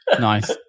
nice